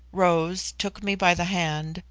rose, took me by the hand,